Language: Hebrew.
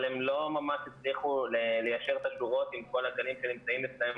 אבל הם לא ממש הצליחו ליישר את השורות עם כל הגנים שנמצאים אצלם,